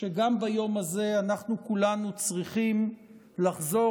שגם ביום הזה אנחנו כולנו צריכים לחזור